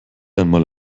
einmal